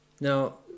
now